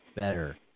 better